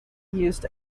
used